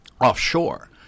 offshore